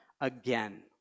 again